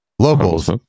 Locals